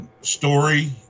story